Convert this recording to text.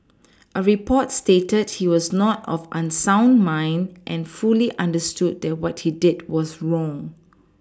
a report stated he was not of unsound mind and fully understood that what he did was wrong